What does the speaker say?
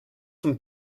zum